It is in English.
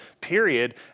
period